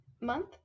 month